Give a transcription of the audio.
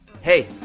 Hey